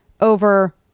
over